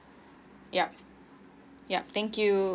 yup yup thank you